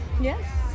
Yes